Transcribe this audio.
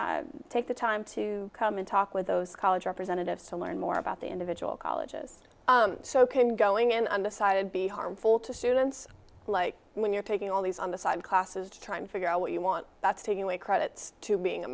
really take the time to come and talk with those college representatives to learn more about the individual colleges so can going in undecided be harmful to students like when you're taking all these on the side classes to try to figure out what you want that's taking away credit to being a